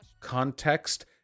context